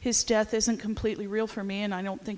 his death isn't completely real for me and i don't think